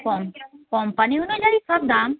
কম company অনুযায়ী সব দাম